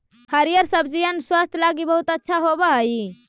हरिअर सब्जिअन स्वास्थ्य लागी बहुत अच्छा होब हई